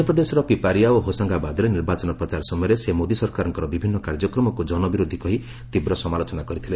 ମଧ୍ୟପ୍ରଦେଶର ପିପାରିଆ ଓ ହୋସଙ୍ଗାବାଦରେ ନିର୍ବାଚନ ପ୍ରଚାର ସମୟରେ ସେ ମୋଦି ସରକାରଙ୍କର ବିଭିନ୍ନ କାର୍ଯ୍ୟକ୍ରମକୁ ଜନବିରୋଧୀ କହି ତୀବ୍ର ସମାଲୋଚନା କରିଥିଲେ